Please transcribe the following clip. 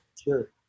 Sure